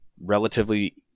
relatively